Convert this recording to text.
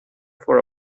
for